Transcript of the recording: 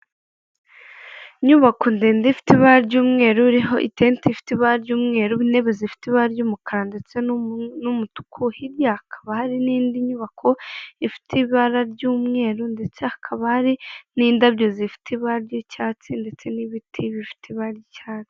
Inyubako ndende ifite ibara ry'umweru iriho itente ifite ibara ry'umweru, intebe zifite ibara ry'umukara ndetse n'umutuku hirya hakaba hari n'indi nyubako ifite ibara ry'umweru, ndetse hakaba hari n'indabyo zifite ibara ry'icyatsi ndetse n'ibiti bifite ibara ry'icyatsi.